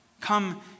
Come